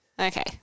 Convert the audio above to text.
Okay